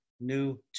new